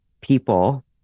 people